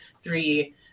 three